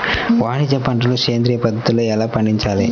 వాణిజ్య పంటలు సేంద్రియ పద్ధతిలో ఎలా పండించాలి?